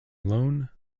loan